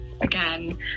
again